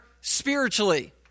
spiritually